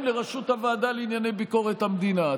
לראשות הוועדה לענייני ביקורת המדינה.